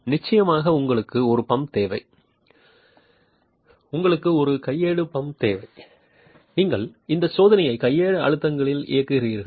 நிச்சயமாக உங்களுக்கு ஒரு பம்ப் தேவை உங்களுக்கு ஒரு கையேடு பம்ப் தேவை நீங்கள் இந்த சோதனையை கையேடு அழுத்தங்களில் இயக்குகிறது